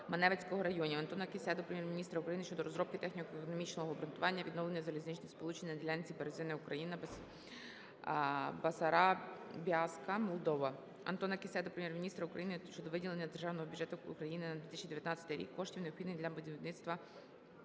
Маневицького районів. Антона Кіссе до Прем'єр-міністра України щодо розробки техніко-економічного обґрунтування відновлення залізничних сполучень на ділянці Березине (Україна) - Басарабяска (Молдова). Антона Кіссе до Прем'єр-міністра України щодо виділення з Державного бюджету України на 2019 рік коштів, необхідних на будівництво